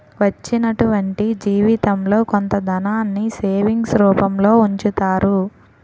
వచ్చినటువంటి జీవితంలో కొంత ధనాన్ని సేవింగ్స్ రూపంలో ఉంచుతారు